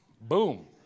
Boom